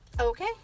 okay